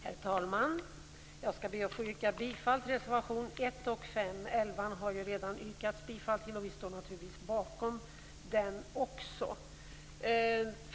Herr talman! Jag skall be att få yrka bifall till reservationerna 1 och 5. Reservation 11 har det redan yrkats bifall till, och vi står naturligtvis bakom den också.